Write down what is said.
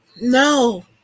no